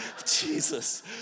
Jesus